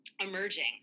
emerging